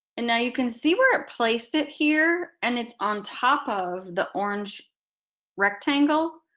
and now you can see where it placed it here and it's on top of the orange rectangle.